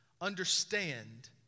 understand